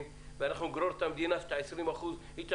ואנחנו נגרור את המדינה שאת ה-20 אחוזים היא קודם